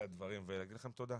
אלה הדברים ואני אגיד לכם תודה.